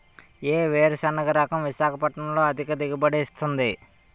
ఏ వేరుసెనగ రకం విశాఖపట్నం లో అధిక దిగుబడి ఇస్తుంది?